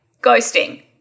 ghosting